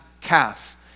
calf